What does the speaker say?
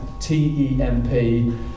T-E-M-P